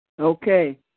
Okay